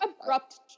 abrupt